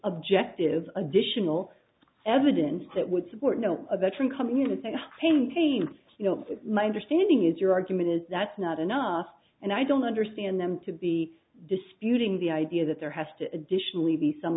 objective additional evidence that would support no a veteran coming in saying same teams my understanding is your argument is that's not enough and i don't understand them to be disputing the idea that there has to additionally be some